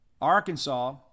Arkansas